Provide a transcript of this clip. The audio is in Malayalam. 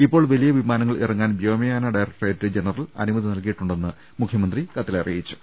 ഇപ്പോൾ വലിയ വിമാനങ്ങൾ ഇറങ്ങാൻ വ്യോമയാന ഡയറക്ട റേറ്റ് ജനറൽ അനുമതി നല്കിയിട്ടുണ്ടെന്ന് മുഖൃമന്ത്രി അറിയിച്ചു